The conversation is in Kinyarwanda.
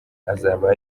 azaba